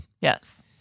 Yes